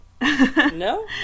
no